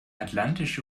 atlantische